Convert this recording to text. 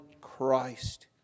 Christ